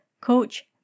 coach